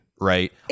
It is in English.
right